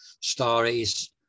stories